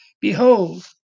Behold